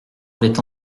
avait